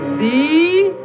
me